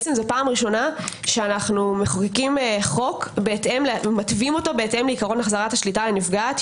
זאת פעם ראשונה שאנחנו מתווים חוק בהתאם לעיקרון החזרת השליטה לנפגעת,